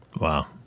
Wow